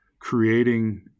creating